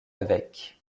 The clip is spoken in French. avec